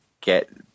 get